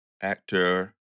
Actor